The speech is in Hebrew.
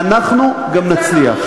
ואנחנו גם נצליח.